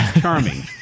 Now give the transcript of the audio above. charming